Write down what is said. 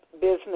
business